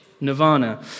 nirvana